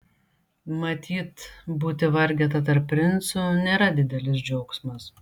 matyt būti vargeta tarp princų nėra didelis džiaugsmas